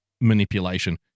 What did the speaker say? manipulation